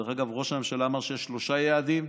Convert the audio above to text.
דרך אגב, ראש הממשלה אמר שיש שלושה יעדים: